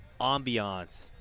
ambiance